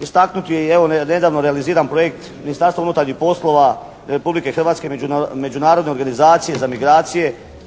istaknuto je evo i nedavno realiziran projekt Ministarstva unutarnjih poslova Republike Hrvatske međunarodne organizacije za migracije